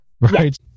right